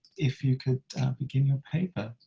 if you could begin your paper.